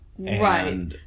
Right